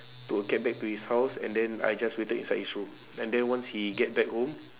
took a cab back to his house and then I just waited inside his room and then once he get back home